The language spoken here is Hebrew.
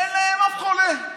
אין להם אף חולה.